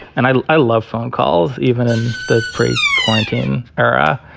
and i i love phone calls. even in the pre quarantine era,